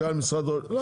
לא,